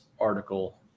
article